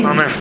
Amen